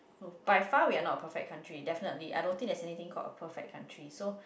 by file we are not perfect country definitely I don't think there's anything called a perfect country so